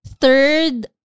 third